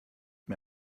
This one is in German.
mir